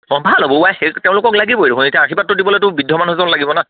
চব ভাল হ'ব অঁ আই সেই তেওঁলোকক লাগিবই এতিয়া আৰ্শীবাদটো দিবলৈ বৃদ্ধ মানুহ এজন লাগিব ন